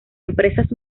empresas